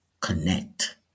Connect